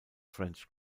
french